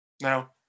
Now